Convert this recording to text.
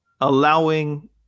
allowing